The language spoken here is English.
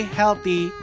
healthy